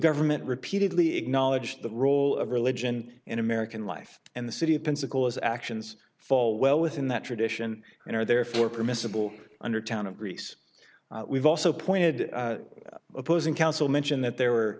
government repeatedly acknowledged the role of religion in american life and the city of pensacola's actions fall well within that tradition and are therefore permissible under town of greece we've also pointed out opposing counsel mention that there were